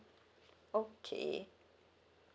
okay